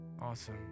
Awesome